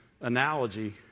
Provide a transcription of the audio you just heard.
analogy